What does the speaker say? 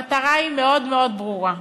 המטרה היא מאוד מאוד ברורה: